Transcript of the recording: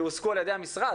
יועסקו על ידי המשרד.